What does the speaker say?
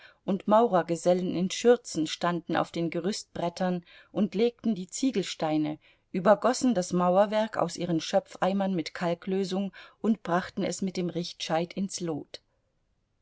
und maurergesellen in schürzen standen auf den gerüstbrettern und legten die ziegelsteine übergössen das mauerwerk aus ihren schöpfeimern mit kalklösung und brachten es mit dem richtscheit ins lot